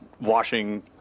washing